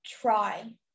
try